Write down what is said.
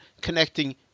connecting